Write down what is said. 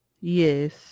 Yes